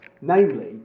namely